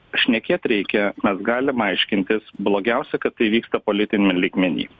šnekėt reikia mes galim aiškintis blogiausia kad tai vyksta politiniam lygmeny